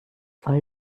voll